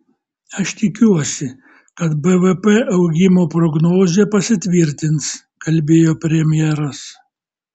aš tikiuosi kad bvp augimo prognozė pasitvirtins kalbėjo premjeras